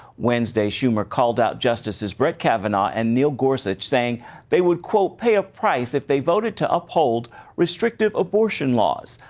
wednesday, schumer called out justices brett kavanaugh and neil gore such thing they would pay a price if they voted to uphold restrictive abortion laws.